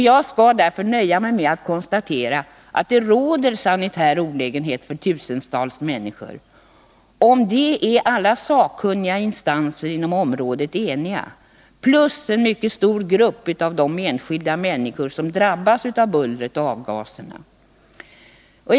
Jag skall därför nöja mig med att konstatera att den vållar sanitär olägenhet för tusentals människor. Om detta är alla sakkunniga instanser inom området eniga, och dessutom en mycket stor grupp enskilda människor som drabbas av bullret och avgaserna.